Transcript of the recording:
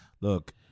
Look